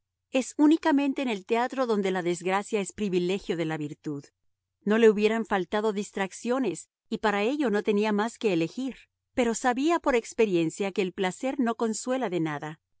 es únicamente en el teatro donde la desgracia es privilegio de la virtud no le hubieran faltado distracciones y para ello no tenía más que elegir pero sabía por experiencia que el placer no consuela de nada